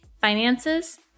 finances